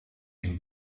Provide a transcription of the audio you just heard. ihn